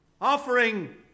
offering